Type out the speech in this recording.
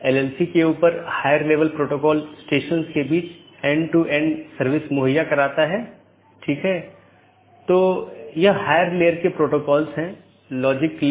इसलिए open message दो BGP साथियों के बीच एक सेशन खोलने के लिए है दूसरा अपडेट है BGP साथियों के बीच राउटिंग जानकारी को सही अपडेट करना